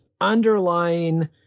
underlying